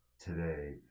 today